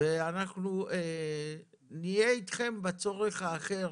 ואנחנו נהיה אתכם בצורך האחר